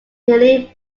helene